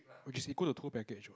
which is equal to tour package what